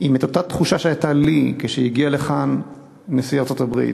אם אותה תחושה שהייתה לי כשהגיע לכאן נשיא ארצות-הברית,